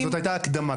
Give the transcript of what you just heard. זאת הייתה הקדמה.